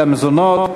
למזונות),